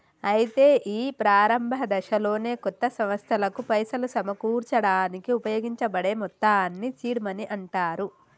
అయితే ఈ ప్రారంభ దశలోనే కొత్త సంస్థలకు పైసలు సమకూర్చడానికి ఉపయోగించబడే మొత్తాన్ని సీడ్ మనీ అంటారు